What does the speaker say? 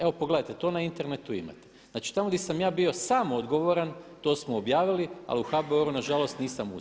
Evo pogledajte to na internetu imate, znači tamo gdje sam ja bio sam odgovoran, to smo objavili ali u HBOR-u nažalost nisam uspio.